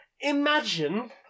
Imagine